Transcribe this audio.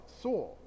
saw